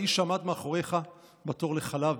באיש שעמד מאחוריך בתור לחלב,